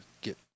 get